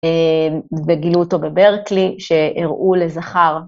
גילו אותו בברקלי שהראו לזכר.